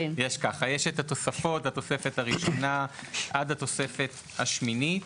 יש את התוספות; התוספת הראשונה עד התוספת השמינית.